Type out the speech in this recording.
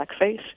blackface